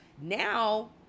now